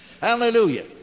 Hallelujah